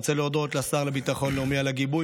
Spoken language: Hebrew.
אני רוצה להודות לשר לביטחון לאומי על הגיבוי